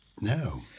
No